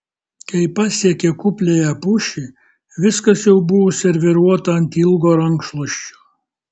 kai pasiekė kupliąją pušį viskas jau buvo serviruota ant ilgo rankšluosčio